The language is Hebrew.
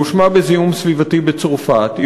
היא הואשמה בזיהום סביבתי בצרפת,